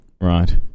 Right